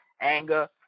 anger